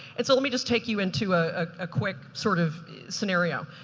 and so let me just take you into a ah ah quick sort of scenario.